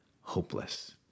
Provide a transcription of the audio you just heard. hopeless